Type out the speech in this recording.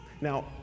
Now